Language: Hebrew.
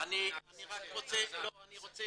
שתי